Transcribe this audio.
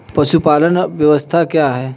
पशुपालन व्यवसाय क्या है?